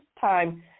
time